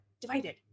divided